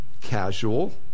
casual